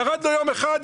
ירד לו יום אחד,